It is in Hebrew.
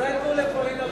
אולי ייתנו לפאינה לדבר?